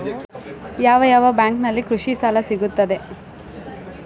ಯಾವ ಯಾವ ಬ್ಯಾಂಕಿನಲ್ಲಿ ಕೃಷಿ ಸಾಲ ಸಿಗುತ್ತದೆ?